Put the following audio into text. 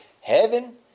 Heaven